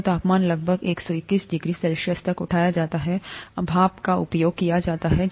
तो तापमान लगभग 121 डिग्री सेल्सियस तक उठाया जाता है भाप का उपयोग किया जाता है